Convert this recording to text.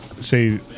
say